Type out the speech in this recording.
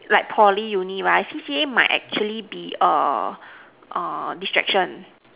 like Poly uni right C_C_A might actually be err err distraction